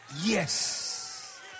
Yes